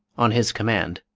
on his command.